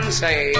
say